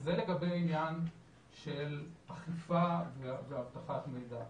זה לגבי העניין של אכיפה ואבטחת מידע.